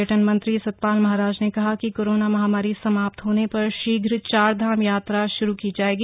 पर्यटनमंत्री सतपाल महाराज ने कहा है कि कोरोना महामारी समाप्त होने पर शीघ्र चारधाम यात्रा शुरू की जाएगी